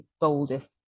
boldest